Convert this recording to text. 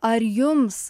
ar jums